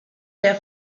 der